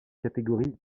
catégorie